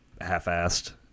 half-assed